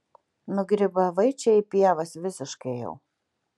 nugrybavai čia į pievas visiškai jau